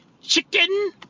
Chicken